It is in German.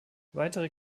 weitere